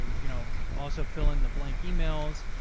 you know, also fill in the blank emails.